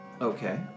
Okay